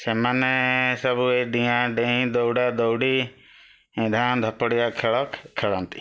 ସେମାନେ ସବୁ ଏ ଡିଆଁ ଡ଼େଇଁ ଦୌଡ଼ା ଦୌଡ଼ି ଧାଁ ଧପଡ଼ିଆ ଖେଳ ଖେଳନ୍ତି